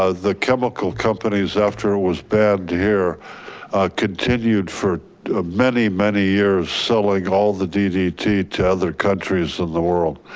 ah the chemical companies after it was banned here continued for many, many years selling all the ddt to other countries in the world.